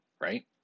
right